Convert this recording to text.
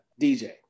DJ